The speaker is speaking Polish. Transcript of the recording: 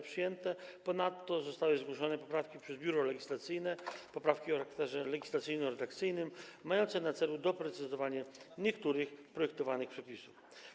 Ponadto zostały zgłoszone przez Biuro Legislacyjne poprawki o charakterze legislacyjno-redakcyjnym, mające na celu doprecyzowanie niektórych projektowanych przepisów.